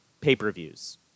pay-per-views